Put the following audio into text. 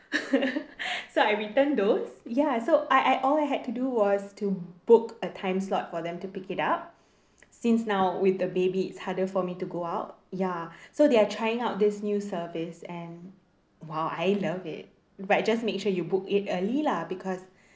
so I return those ya so I I all I had to do was to book a time slot for them to pick it up since now with the baby it's harder for me to go out ya so they are trying out this new service and !wow! I love it but just make sure you book it early lah because